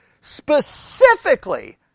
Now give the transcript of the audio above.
specifically